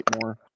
more